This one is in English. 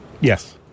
Yes